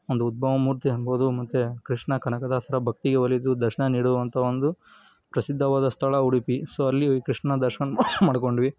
ಒಂದು ಉದ್ಭವ ಮೂರ್ತಿ ಅನ್ಬೋದು ಮತ್ತೆ ಕೃಷ್ಣ ಕನಕದಾಸರ ಭಕ್ತಿಗೆ ಒಲಿದು ದರ್ಶನ ನೀಡುವಂಥ ಒಂದು ಪ್ರಸಿದ್ಧವಾದ ಸ್ಥಳ ಉಡುಪಿ ಸೊ ಅಲ್ಲಿ ಕೃಷ್ಣ ದರ್ಶನ ಮಾಡ್ಕೊಂಡ್ವಿ